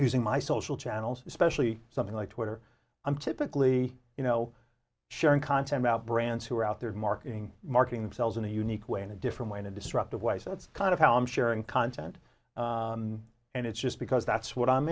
using my social channels especially something like twitter i'm typically you know sharing content about brands who are out there marking marking selves in a unique way in a different way to disrupt the way so that's kind of how i'm sharing content and it's just because that's what i'm